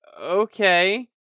okay